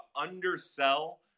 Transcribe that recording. undersell